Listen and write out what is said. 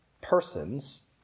persons